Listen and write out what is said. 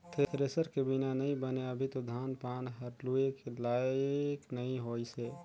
thresher के बिना नइ बने अभी तो धान पान मन हर लुए के लाइक नइ होइसे